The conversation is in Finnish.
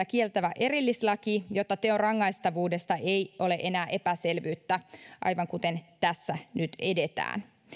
kieltävä erillislaki jotta teon rangaistavuudesta ei ole enää epäselvyyttä aivan kuten tässä nyt edetään